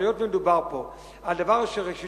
אבל היות שמדובר פה על דבר שראשיתו